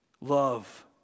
Love